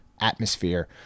atmosphere